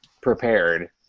prepared